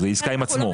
כאילו עסקה עם עצמו.